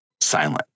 silent